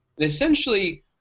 Essentially